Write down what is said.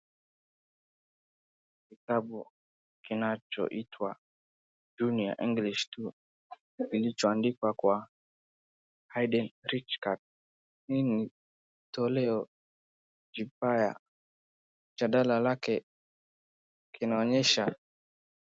Kitabu kinachoitwa Junior English 2 kilichoandikwa kwa Haydn Richards hii ni tolea jipya mjadala lake kinaonyesha .